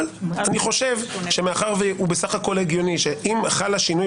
אבל מאחר שהוא בסך הכול הגיוני כי אם חל שינוי